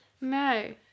No